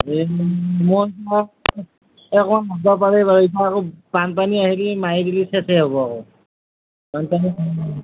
এই অকণমান কমবা পাৰে ৰ এইবাৰ আকৌ বানপানী আহে নেকি মাৰি দিলে চেচে হ'ব আকৌ বানপানী